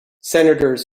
senators